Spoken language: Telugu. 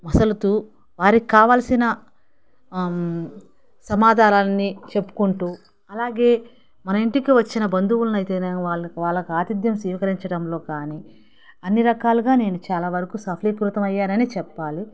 మసలుతూ వారికి కావలసిన సమాధానాలని చెప్పుకుంటూ అలాగే మన ఇంటికి వచ్చిన బంధువులైతేనేమి వాళ్ళకి వాళ్ళకి ఆతిథ్యం స్వీకరించడంలో కాని అన్ని రకాలుగా నేను చాలా వరకు సఫలీకృతం అయ్యాననే చెప్పాలి